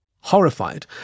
Horrified